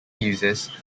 uses